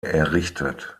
errichtet